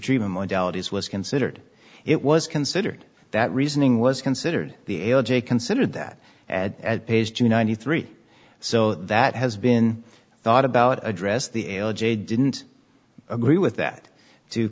treatment modalities was considered it was considered that reasoning was considered the l j considered that at page two ninety three so that has been thought about address the a l j didn't agree with that to